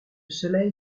soleil